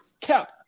Cap